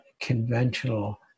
conventional